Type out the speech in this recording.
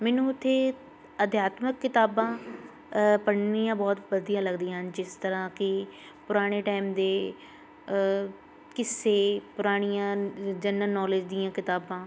ਮੈਨੂੰ ਉੱਥੇ ਅਧਿਆਤਮਕ ਕਿਤਾਬਾਂ ਪੜ੍ਹਨੀਆਂ ਬਹੁਤ ਵਧੀਆ ਲੱਗਦੀਆਂ ਹਨ ਜਿਸ ਤਰ੍ਹਾਂ ਕਿ ਪੁਰਾਣੇ ਟਾਈਮ ਦੇ ਕਿੱਸੇ ਪੁਰਾਣੀਆਂ ਜਨਰਲ ਨੌਲੇਜ ਦੀਆਂ ਕਿਤਾਬਾਂ